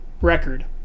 record